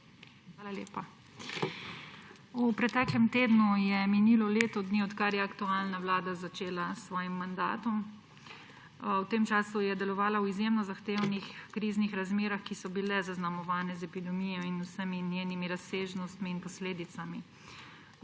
Hvala lepa. V preteklem tednu je minilo leto dni, odkar je aktualna vlada začela s svojim mandatom. V tem času je delovala v izjemno zahtevnih kriznih razmerah, ki so bile zaznamovane z epidemijo in vsemi njenimi razsežnostmi in posledicami.